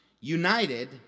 united